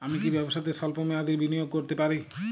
আমি কি ব্যবসাতে স্বল্প মেয়াদি বিনিয়োগ করতে পারি?